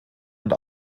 und